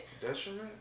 Detriment